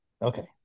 okay